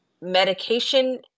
medication